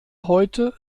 heute